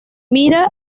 mira